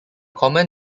common